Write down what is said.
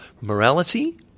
morality